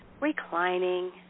reclining